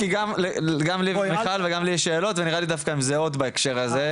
גם למיכל וגם לי יש שאלות ונראה לי דווקא הם זהות בהקשר הזה.